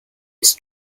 its